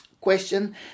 question